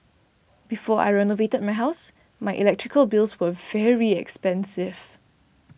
before I renovated my house my electrical bills were very expensive